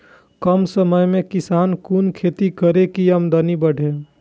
कम समय में किसान कुन खैती करै की आमदनी बढ़े?